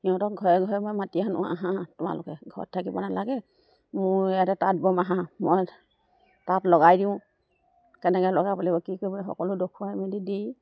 সিহঁতক ঘৰে ঘৰে মই মাতি আনো আহাঁ তোমালোকে ঘৰত থাকিব নালাগে মোৰ ইয়াতে তাঁত বম আহাঁ মই তাঁত লগাই দিওঁ কেনেকৈ লগাব লাগিব কি কৰিব সকলো দেখুৱাই মেলি দি